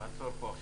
תעצור פה.